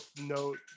note